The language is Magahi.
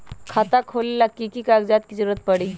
खाता खोले ला कि कि कागजात के जरूरत परी?